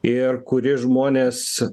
ir kuri žmones